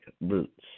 roots